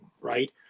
right